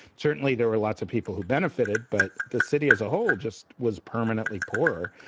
certainly there were lots of people who benefited, but the city as a whole just was permanently poorer.